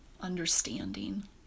understanding